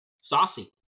Saucy